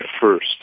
first